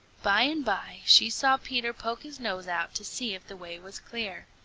by and by she saw peter poke his nose out to see if the way was clear.